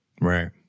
Right